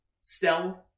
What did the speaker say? stealth